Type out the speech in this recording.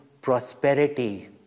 prosperity